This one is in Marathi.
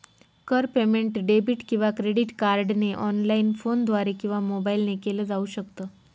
कर पेमेंट डेबिट किंवा क्रेडिट कार्डने ऑनलाइन, फोनद्वारे किंवा मोबाईल ने केल जाऊ शकत